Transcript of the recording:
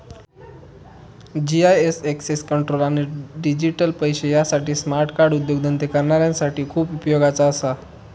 GIS access control आणि digital पैशे यासाठी स्मार्ट कार्ड उद्योगधंदे करणाऱ्यांसाठी खूप उपयोगाचा असा